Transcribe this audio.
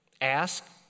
Ask